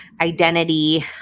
identity